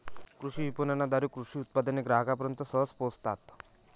कृषी विपणनाद्वारे कृषी उत्पादने ग्राहकांपर्यंत सहज पोहोचतात